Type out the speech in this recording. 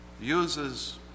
uses